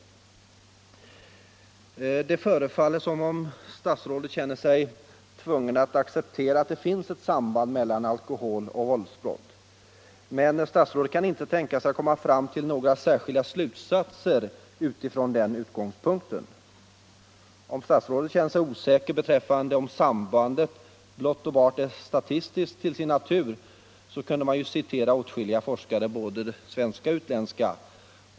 45 Det förefaller som om statsrådet känner sig tvungen att acceptera att det finns ett samband mellan alkohol och våldsbrott, men statsrådet kan inte tänka sig att komma fram till några särskilda slutsatser utifrån den utgångspunkten. Om statsrådet känner sig osäker om huruvida sambandet blott och bart är statistiskt till sin natur, kunde man citera åtskilliga forskare, både svenska och utländska.